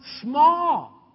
small